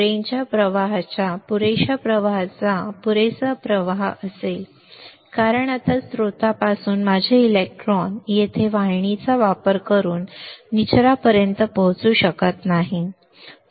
नाल्याच्या प्रवाहाच्या पुरेशा प्रवाहाचा पुरेसा प्रवाह असेल कारण आता स्त्रोतापासून माझे इलेक्ट्रॉन येथे वाहिनीचा वापर करून निचरापर्यंत पोहोचू शकत नाहीत